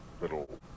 little